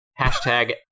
Hashtag